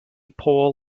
pohl